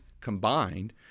combined –